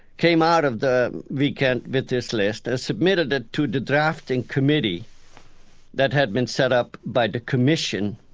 came out of the weekend with this list, ah submitted ah to the drafting committee that had been set up by the commission.